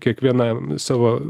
kiekvieną savo